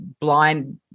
blind